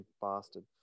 bastard